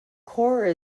core